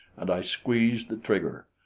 and i squeezed the trigger.